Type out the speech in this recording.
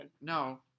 No